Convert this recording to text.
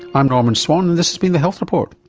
i'm norman swan and this has been the health report,